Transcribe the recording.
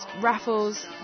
raffles